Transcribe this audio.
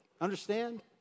Understand